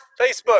Facebook